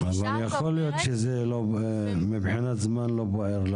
אותה --- אבל יכול להיות שמבחינת הזמן זה לא בוער לה,